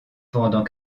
pendant